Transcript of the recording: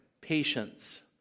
patience